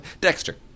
Dexter